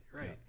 right